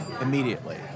immediately